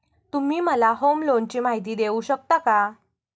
तुम्ही मला होम लोनची माहिती देऊ शकता का?